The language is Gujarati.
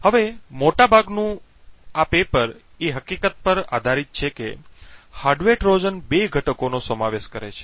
હવે મોટાભાગનું આ પેપર એ હકીકત પર આધારિત છે કે હાર્ડવેર ટ્રોજન બે ઘટકોનો સમાવેશ કરે છે